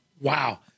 Wow